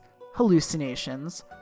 hallucinations